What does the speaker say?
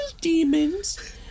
demons